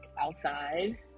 outside